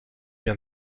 bien